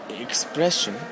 expression